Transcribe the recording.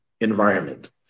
environment